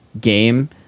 game